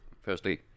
firstly